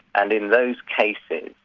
and in those cases,